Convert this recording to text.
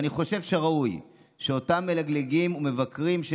ואני חושב שראוי שאותם מלגלגים ומבקרים של